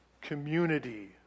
community